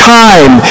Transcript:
time